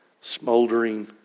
smoldering